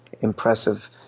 impressive